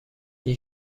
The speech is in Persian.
این